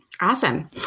awesome